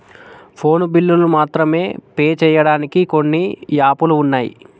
phone బిల్లులు మాత్రమే pay చెయ్యడానికి కొన్ని యాపులు వున్నయ్